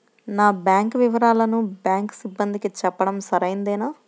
నా బ్యాంకు వివరాలను బ్యాంకు సిబ్బందికి చెప్పడం సరైందేనా?